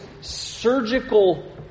surgical